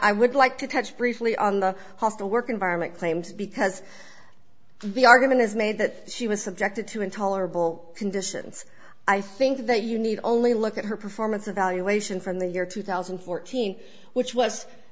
i would like to touch briefly on the hostile work environment claims because the argument is made that she was subjected to intolerable conditions i think that you need only look at her performance evaluation from the year two thousand and fourteen which was